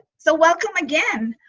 so welcome again.